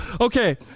Okay